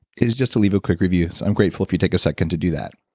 is just to leave a quick review. so i'm grateful if you take a second to do that